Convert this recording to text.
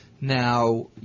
Now